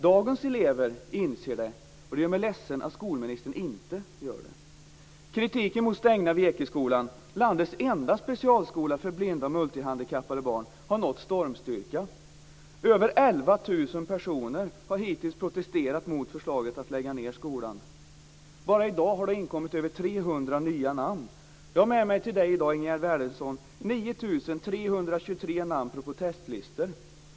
Dagens elever inser det, och det gör mig ledsen att skolministern inte gör det. Kritiken mot en stängning av Ekeskolan, landets enda specialskola för blinda och multihandikappade barn har nått stormstyrka. Över 11 000 personer har hittills protesterat mot förslaget att skolan ska läggas ned. Bara i dag har det inkommit över 300 nya namn. Jag har i dag med mig 9 323 namn på protestlistor till Ingegerd Wärnersson.